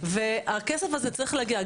והכסף הזה צריך להגיע.